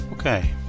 Okay